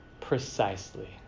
precisely